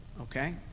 Okay